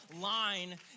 line